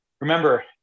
Remember